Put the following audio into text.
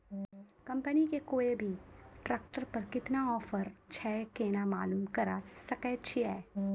Company के कोय भी ट्रेक्टर पर केतना ऑफर छै केना मालूम करऽ सके छियै?